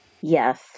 Yes